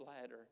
ladder